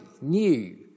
new